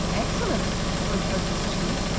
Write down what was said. excellent for a processed cheese.